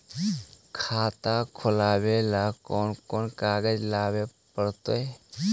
खाता खोलाबे ल कोन कोन कागज लाबे पड़तै?